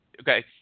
Okay